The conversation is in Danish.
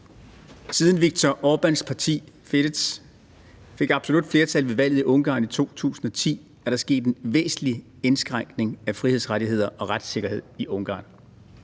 Siden Viktor Orbáns parti Fidesz fik absolut flertal ved valget i Ungarn i 2010, er der sket en væsentlig indskrænkning af frihedsrettigheder og retssikkerhed i Ungarn.